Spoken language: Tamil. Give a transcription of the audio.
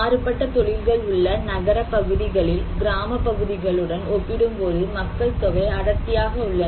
மாறுபட்ட தொழில்கள் உள்ள நகரப் பகுதிகளில் கிராமப் பகுதிகளுடன் ஒப்பிடும்போது மக்கள்தொகை அடர்த்தியாக உள்ளன